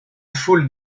foule